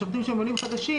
משרתים שהם עולים חדשים,